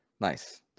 Nice